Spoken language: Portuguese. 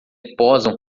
posam